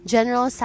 General